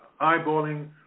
eyeballing